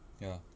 ya